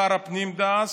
שר הפנים דאז,